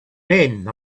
men